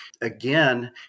Again